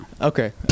okay